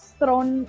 thrown